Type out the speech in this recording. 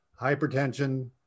hypertension